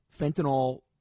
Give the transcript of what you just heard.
fentanyl